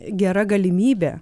gera galimybė